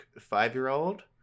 five-year-old